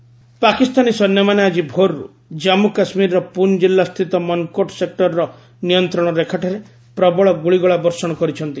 ceasefire violation Pakistani ସୈନ୍ୟମାନେ ଆଜି ଭୋର୍ରୁ ଜାମ୍ମୁ କାଶ୍ମୀରର ପୁଞ୍ ଜିଲ୍ଲାସ୍ଥିତ ମନ୍କୋଟ୍ ସେକ୍ଟରର ନିୟନ୍ତ୍ରଣରେଖାଠାରେ ପ୍ରବଳ ଗୁଳିଗୋଳା ବର୍ଷଣ କରିଛନ୍ତି